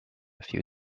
few